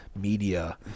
media